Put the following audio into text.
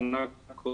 שהוכשרו שנה קודמת,